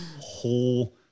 whole